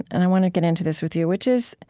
and i want to get into this with you. which is,